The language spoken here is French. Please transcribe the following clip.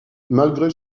malgré